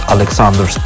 Alexander